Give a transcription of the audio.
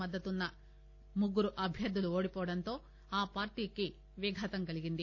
మద్దతున్న ముగ్గురు అభ్యర్థులు ఓడిపోవడంతో ఆ పార్లీకి విఘాతం కలిగింది